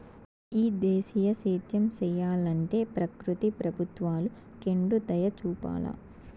ఈ దేశీయ సేద్యం సెయ్యలంటే ప్రకృతి ప్రభుత్వాలు కెండుదయచూపాల